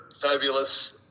fabulous